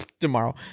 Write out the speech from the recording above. tomorrow